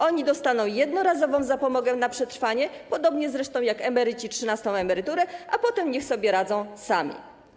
Oni dostaną jednorazową zapomogę na przetrwanie, podobnie zresztą jak emeryci trzynastą emeryturę, a potem niech sobie radzą sami.